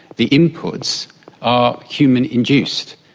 the inputs are human induced,